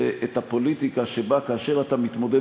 זה הפוליטיקה שבה כאשר אתה מתמודד